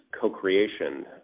co-creation